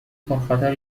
پرخطر